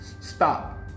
stop